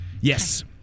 Yes